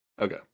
Okay